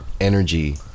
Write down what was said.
energy